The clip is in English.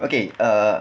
okay err